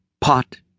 pot—